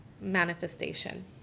manifestation